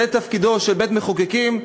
זה תפקידו של בית-מחוקקים,